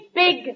big